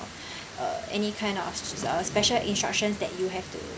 uh any kind of sus~ uh special instructions that you have to